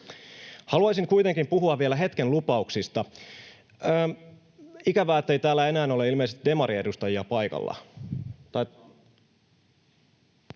Haluaisin kuitenkin puhua vielä hetken lupauksista. Ikävää, ettei täällä ilmeisesti enää ole demariedustajia paikalla.